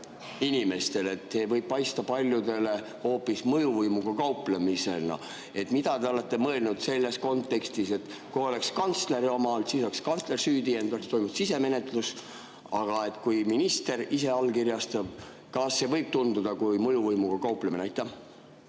inimestele? See võib paista paljudele hoopis mõjuvõimuga kauplemisena. Mida te olete mõelnud selles kontekstis, et kui oleks kantsleri allkiri, siis oleks kantsler süüdi jäänud ja oleks toimunud sisemenetlus, aga kui minister ise allkirjastab, kas see võib tunduda kui mõjuvõimuga kauplemine?